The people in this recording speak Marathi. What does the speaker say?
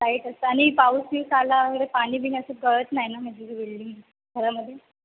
लाईट असतं आणि पाऊस बीस आला वगैरे पाणी बिणी असं गळत नाही ना म्हणजे बिल्डिंग घरामध्ये